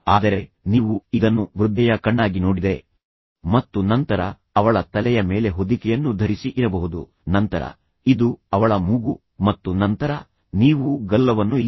ಆದರೆ ನೀವು ಇದನ್ನು ವೃದ್ಧೆಯ ಕಣ್ಣಾಗಿ ನೋಡಿದರೆ ಮತ್ತು ನಂತರ ಅವಳ ತಲೆಯ ಮೇಲೆ ಹೊದಿಕೆಯನ್ನು ಧರಿಸಿ ಇರಬಹುದು ನಂತರ ಇದು ಅವಳ ಮೂಗು ಮತ್ತು ನಂತರ ನೀವು ಗಲ್ಲವನ್ನು ಇಲ್ಲಿ